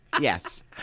Yes